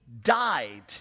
died